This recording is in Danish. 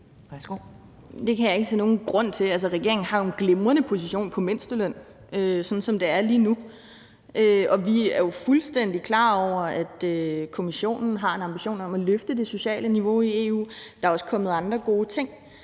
Det kan jeg ikke se nogen grund til. Altså, regeringen har jo en glimrende position på mindstelønområdet, sådan som det er lige nu, og vi er jo fuldstændig klar over, at Kommissionen har en ambition om at løfte det sociale niveau i EU. Der er også kommet andre gode ting,